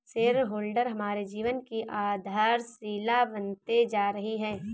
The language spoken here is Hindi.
शेयर होल्डर हमारे जीवन की आधारशिला बनते जा रही है